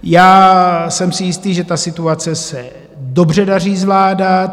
Já jsem si jistý, že tu situaci se dobře daří zvládat.